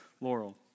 Laurel